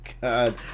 God